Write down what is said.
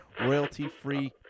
royalty-free